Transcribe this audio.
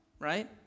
right